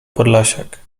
podlasiak